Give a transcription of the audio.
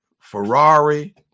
Ferrari